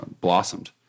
blossomed